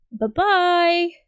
Bye-bye